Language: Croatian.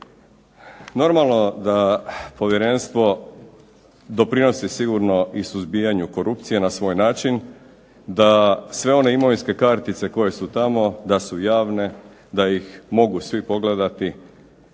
Normalno da povjerenstvo doprinosi sigurno i suzbijanju korupcije na svoj način, da sve one imovinske kartice koje su tamo da su javne, da ih mogu svi pogledati,